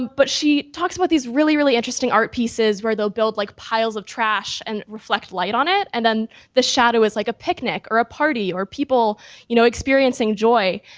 but she talks about these really, really interesting art pieces where they'll build like piles of trash and reflect light on it. and then the shadow is like a picnic or a party or people you know experiencing joy.